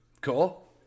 Cool